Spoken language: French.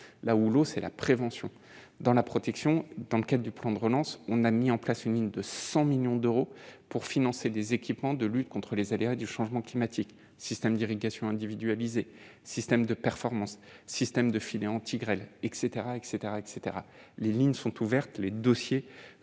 là où l'eau, c'est la prévention dans la protection dans le cas du plan de relance, on a mis en place une ligne de 100 millions d'euros pour financer des équipements de lutte contre les aléas du changement climatique, systèmes d'irrigation individualisé, système de performances, système de filets anti-grêle etc etc etc, les lignes sont ouvertes les dossiers